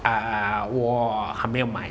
啊我还没有买